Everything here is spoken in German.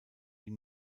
die